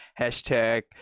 Hashtag